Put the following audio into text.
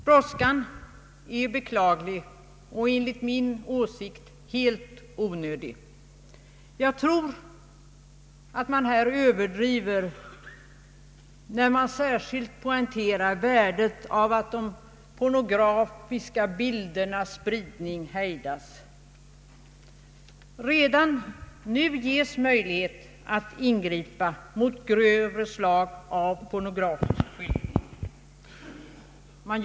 Brådskan är beklaglig och enligt min åsikt helt onödig. Jag tror att man överdriver när man särskilt poängterar värdet av att de pornografiska bildernas spridning hejdas. Redan nu ges möjlighet att ingripa mot grövre slag av pornografisk bild.